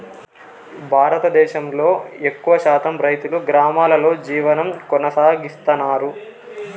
భారతదేశంలో ఎక్కువ శాతం రైతులు గ్రామాలలో జీవనం కొనసాగిస్తన్నారు